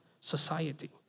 society